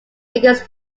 against